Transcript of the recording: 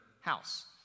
house